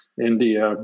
India